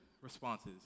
responses